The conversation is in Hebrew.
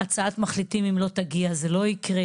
הצעת מחליטים, אם לא תגיע זה לא יקרה.